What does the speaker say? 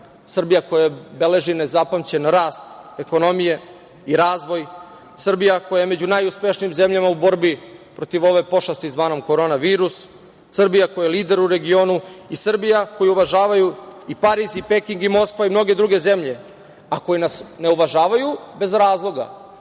Srbija koja beleži nezapamćen rast ekonomije i razvoj, Srbija koja je među najuspešnijim zemljama u borbi protiv ove pošasti zvane korona virus. Srbija koja je lider u regionu i Srbija koju uvažavaju i Pariz i Peking i Moskva i mnoge druge zemlje, a koje nas ne uvažavaju bez razloga,